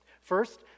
First